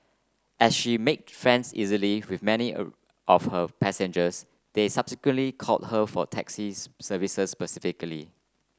as she make friends easily with many of her passengers they subsequently called her for taxis services specifically